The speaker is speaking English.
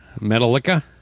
Metallica